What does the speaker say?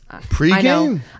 Pre-game